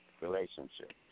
relationship